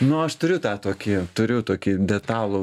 nu aš turiu tą tokį turiu tokį detalų